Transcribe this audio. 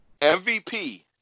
MVP